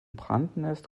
brandnest